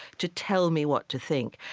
to tell me what to think.